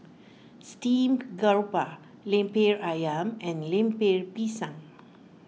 Steamed Grouper Lemper Ayam and Lemper Pisang